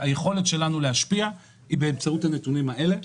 היכולת שלנו להשפיע היא באמצעות הנתונים האלה.